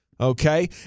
Okay